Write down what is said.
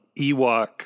Ewok